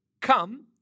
Come